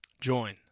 join